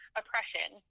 oppression